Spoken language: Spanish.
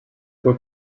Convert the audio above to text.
fue